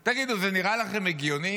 תגידו, זה נראה לכם הגיוני?